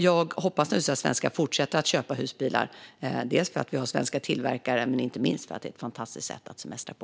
Jag hoppas naturligtvis att svenskar fortsätter att köpa husbilar, dels för att vi har svenska tillverkare, dels för att det inte minst är ett fantastiskt sätt att semestra på.